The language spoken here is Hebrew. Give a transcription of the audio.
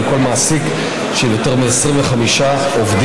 על כל מעסיק של יותר מ-25 עובדים.